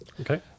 Okay